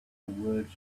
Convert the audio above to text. words